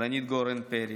כלנית גורן פרי,